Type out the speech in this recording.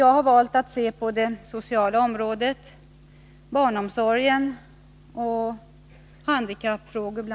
Jag har valt att se på det sociala området, bl.a. barnomsorg och handikappfrågor.